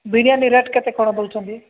biryani rate କେତେ କ'ଣ ଦଉଛନ୍ତି